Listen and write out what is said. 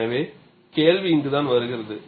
எனவே கேள்வி இங்குதான் வருகிறது